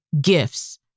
gifts